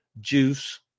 juice